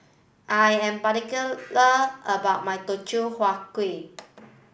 I am particular about my Teochew Huat Kuih